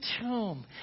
tomb